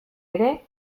ere